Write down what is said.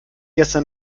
gestern